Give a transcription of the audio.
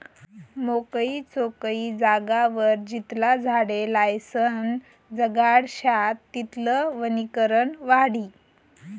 मोकयी चोकयी जागावर जितला झाडे लायीसन जगाडश्यात तितलं वनीकरण वाढी